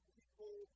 people